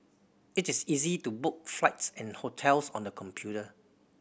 it is easy to book flights and hotels on the computer